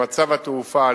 למצב התעופה,